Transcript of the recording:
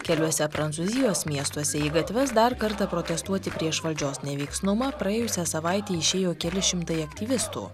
keliuose prancūzijos miestuose į gatves dar kartą protestuoti prieš valdžios neveiksnumą praėjusią savaitę išėjo keli šimtai aktyvistų